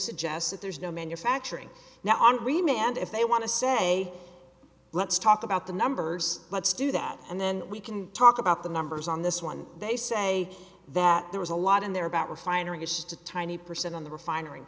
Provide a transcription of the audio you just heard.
suggests that there's no manufacturing now on remain and if they want to say let's talk about the numbers let's do that and then we can talk about the numbers on this one they say that there was a lot in there about refinery just a tiny percent on the refinery